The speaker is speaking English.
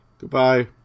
Goodbye